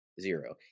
zero